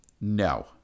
No